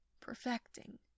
perfecting